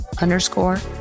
underscore